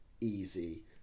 easy